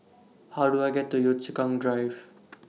How Do I get to Yio Chu Kang Drive